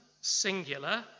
singular